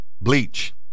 bleach